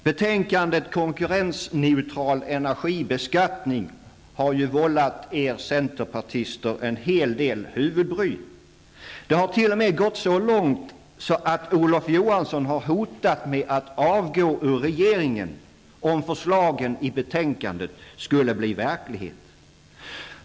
Betänkandet Konkurrensneutral energibeskattning har ju vållat er centerpartister en hel del huvudbry. Det har t.o.m. gått så långt att Olof Johansson har hotat med att avgå ur regeringen om förslagen i betänkandet blir verklighet.